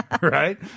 right